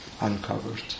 uncovered